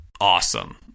awesome